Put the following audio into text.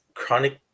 chronic